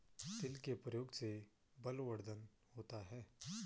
तिल के प्रयोग से बलवर्धन होता है